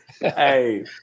Hey